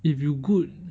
if you good